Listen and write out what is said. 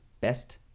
Best